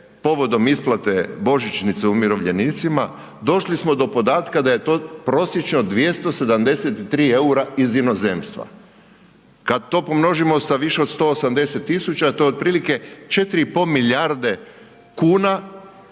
povodom isplate božićnice umirovljenicima, došli smo do podatka da je to prosječno 273 eura iz inozemstva. Kad to pomnožimo sa više od 180 000, to je otprilike 4,5 milijarde kuna